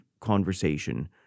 conversation